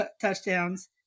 touchdowns